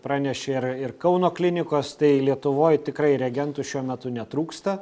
pranešė ir ir kauno klinikos tai lietuvoj tikrai reagentų šiuo metu netrūksta